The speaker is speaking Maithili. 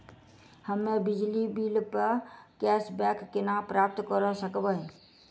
हम्मे बिजली बिल प कैशबैक केना प्राप्त करऽ सकबै?